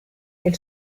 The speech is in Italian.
del